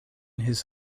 his